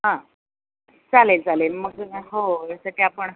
हां चालेल चालेल मग हो यासाठी आपण